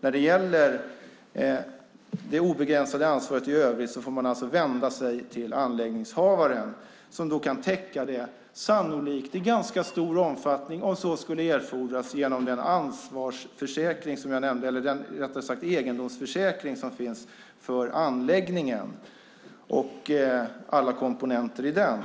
När det gäller det obegränsade ansvaret i övrigt får man alltså vända sig till anläggningshavaren som, om så skulle erfordras, sannolikt i ganska stor omfattning kan täcka det genom den egendomsförsäkring som finns för anläggningen och alla komponenter i den.